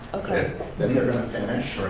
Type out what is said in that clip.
okay. then they're going to finish